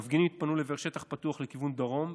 מפגינים התפנו לשטח פתוח לכיוון דרום,